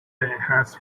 has